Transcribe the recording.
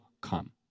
come